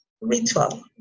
ritual